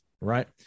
right